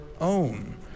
own